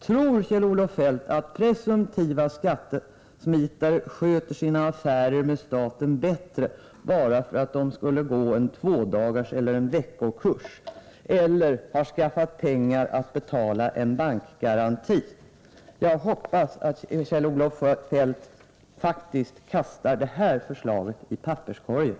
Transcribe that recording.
Tror Kjell-Olof Feldt att presumtiva skattesmitare sköter sina affärer med staten bättre bara därför att de får gå en tvådagarseller veckokurs eller har skaffat pengar för att betala en bankgaranti? Jag hoppas att Kjell-Olof Feldt kastar detta förslag i papperskorgen.